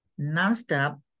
nonstop